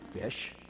fish